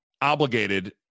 obligated